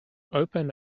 open